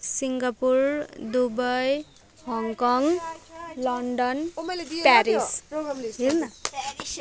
Singapore Dubai Hong Kong London Paris